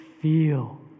feel